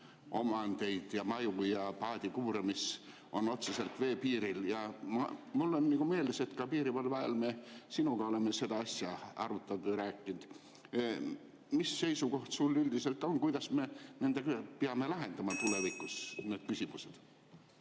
omandeid ja maju ja paadikuure, mis on otseselt veepiiril, ja mul on meeles, et ka piirivalve ajal me sinuga oleme seda asja arutanud ja rääkinud. Mis seisukoht sul üldiselt on, kuidas me peame lahendama tulevikus need küsimused?